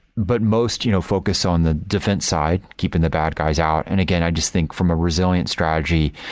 but most you know focus on the defense side, keeping the bad guys out. and again, i just think from a resilient strategy,